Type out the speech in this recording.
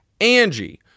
Angie